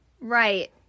Right